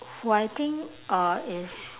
who I think uh is